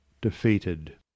defeated